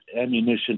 ammunition